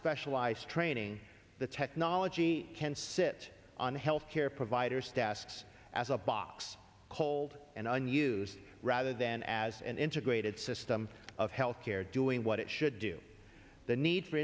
specialized training the technology can sit on healthcare providers desks as a box cold and unused rather than as an integrated system of health care doing what it should do the need for